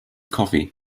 coffee